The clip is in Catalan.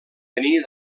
venir